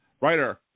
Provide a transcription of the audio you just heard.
Writer